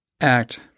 Act